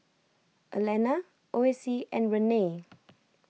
Alanna Ossie and Renae